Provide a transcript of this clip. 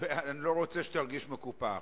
אני לא רוצה שתרגיש מקופח,